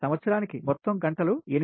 సంవత్సరానికి మొత్తం గంటలు 8760